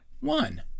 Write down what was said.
One